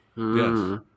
Yes